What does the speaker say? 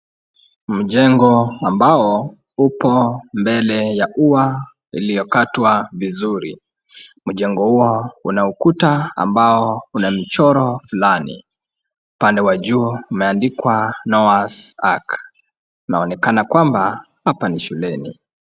Mjengo ambao upo mbele ya ua uliokatwa vizuri. Mjengo huo unaokuta ambao una mchoro fulani. Pande wa juu umeandikwa Noah's Ark. Inaonekana kwamba hapa ni shuleni.